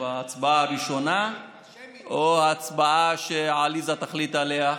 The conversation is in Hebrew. ההצבעה הראשונה או ההצבעה שעליזה תחליט עליה?